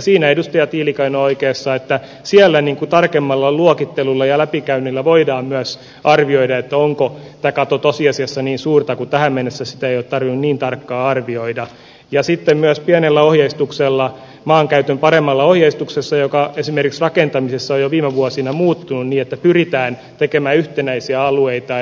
siinä edustaja tiilikainen on oikeassa että siellä tarkemmalla luokittelulla ja läpikäynnillä voidaan myös arvioida onko tämä kato tosiasiassa niin suurta kun tähän mennessä sitä ei ole tarvinnut niin tarkkaan arvioida ja sitten myös pienellä ohjeistuksella maankäytön paremmalla ohjeistuksella joka esimerkiksi rakentamisessa on jo viime vuosina muuttunut niin että pyritään tekemään yhtenäisiä alueita